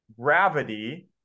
gravity